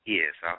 Yes